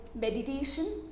meditation